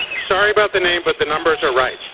sorry about the name but the numbers are right.